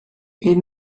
ils